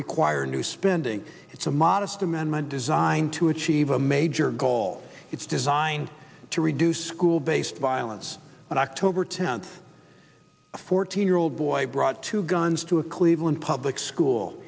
require new spending it's a modest amendment designed to achieve a major goal it's designed to reduce school based violence on october tenth a fourteen year old boy brought two guns to a cleveland public school